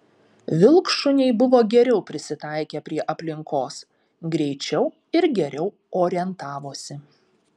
vilkšuniai buvo geriau prisitaikę prie aplinkos greičiau ir geriau orientavosi